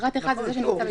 פרט (1) זה זה שנמצא בבידוד.